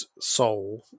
soul